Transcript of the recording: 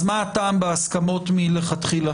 אז מה הטעם בהסכמות מלכתחילה?